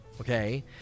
okay